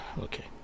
okay